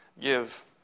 give